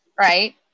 right